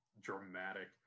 dramatic